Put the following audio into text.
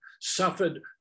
suffered